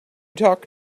talk